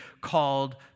called